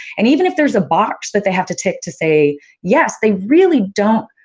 and even if there's a box but they have to tick to say yes, they really don't,